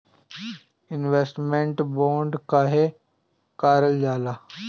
Investment bond काहे कारल जाला?